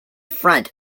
front